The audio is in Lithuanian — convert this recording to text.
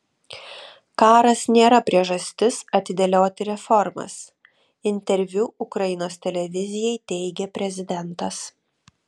karas nėra priežastis atidėlioti reformas interviu ukrainos televizijai teigė prezidentas